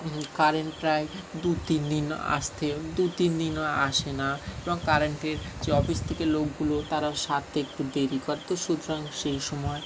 current প্রায় দু তিন দিন আসতে দু তিন দিনও আসে না এবং কারেন্টের যে অফিস থেকে লোকগুলো তারাও সারতে একটু দেরি করে তো সুতরাং সেই সময়